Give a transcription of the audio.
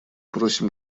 просим